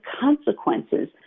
consequences